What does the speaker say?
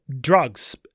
drugs